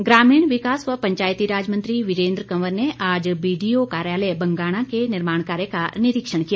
कंवर ग्रामीण विकास व पंचायतीराज मंत्री वीरेन्द्र कंवर ने आज बीडीओ कार्यालय बंगाणा के निर्माण कार्य का निरीक्षण किया